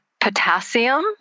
potassium